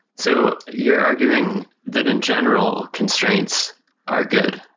so you're arguing that in general, constraints are good.